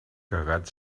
cagat